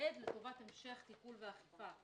ולתעד לטובת המשך טיפול ואכיפה.